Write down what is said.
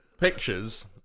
pictures